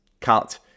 cut